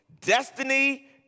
destiny